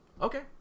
okay